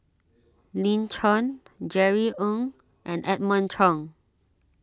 Lin Chen Jerry Ng and Edmund Cheng